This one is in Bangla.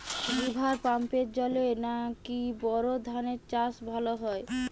রিভার পাম্পের জলে কি বোর ধানের চাষ ভালো হয়?